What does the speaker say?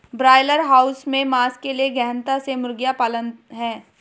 broiler house में मांस के लिए गहनता से मुर्गियां पालना है